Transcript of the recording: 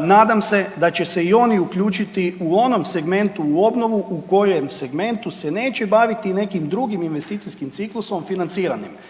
nadam se da će se i oni uključiti u onom segmentu u obnovu u kojem segmentu se neće baviti nekim drugim investicijskim ciklusom financiranim